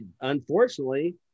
unfortunately